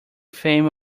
fame